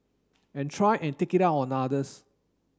and try and take it out on others